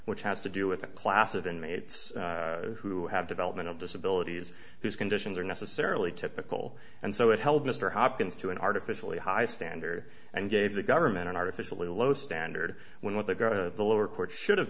which has to do with a class of inmates who have development of disabilities whose conditions are necessarily typical and so it held mr hopkins to an artificially high standard and gave the government an artificially low standard when what they go to the lower court should have